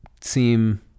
seem